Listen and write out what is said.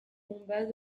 combats